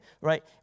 right